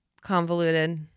convoluted